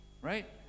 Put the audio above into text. Right